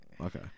Okay